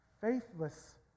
Faithless